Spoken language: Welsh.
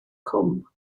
cwm